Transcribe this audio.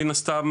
מן הסתם